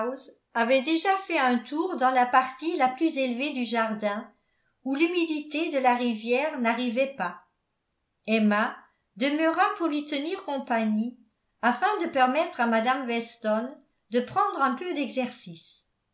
avait déjà fait un tour dans la partie la plus élevée du jardin où l'humidité de la rivière n'arrivait pas emma demeura pour lui tenir compagnie afin de permettre à mme weston de prendre un peu d'exercice